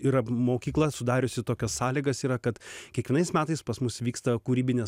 yra mokykla sudariusi tokias sąlygas yra kad kiekvienais metais pas mus vyksta kūrybinės